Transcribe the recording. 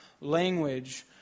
language